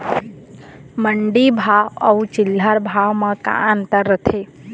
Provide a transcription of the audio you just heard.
मंडी भाव अउ चिल्हर भाव म का अंतर रथे?